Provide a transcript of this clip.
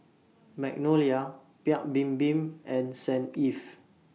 Magnolia Paik's Bibim and Saint Ives